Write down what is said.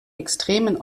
extremen